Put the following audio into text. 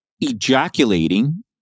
ejaculating